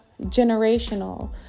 generational